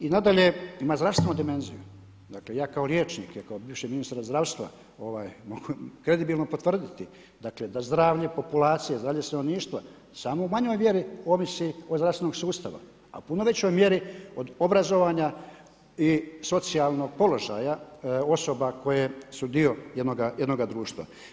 Nadalje ima zdravstvenu dimenziju, ja kao liječnik, ja kao bivši ministar zdravstva mogu kredibilno potvrditi da zdravlje populacije, zdravlje stanovništva samo u manjoj mjeri ovisi od zdravstvenog sustava, a u puno većoj mjeri od obrazovanja i socijalnog položaja osobe koje su dio jednoga društva.